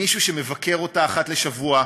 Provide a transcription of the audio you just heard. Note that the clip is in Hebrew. מישהו שמבקר אותה אחת לשבוע,